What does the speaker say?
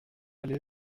allés